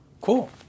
Cool